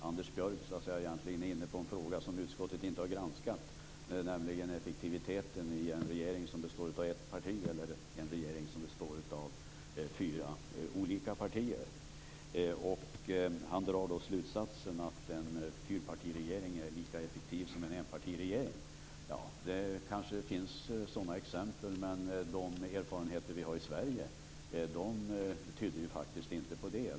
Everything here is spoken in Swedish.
Anders Björck kom in på en fråga som utskottet inte har granskat, nämligen effektiviteten hos en regering som består av ett parti och en regering som består av fyra olika partier. Han drar slutsatsen att en fyrpartiregering är lika effektiv som en enpartiregering. Det kanske finns sådana exempel, men de erfarenheter vi har i Sverige tyder inte på det.